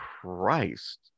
christ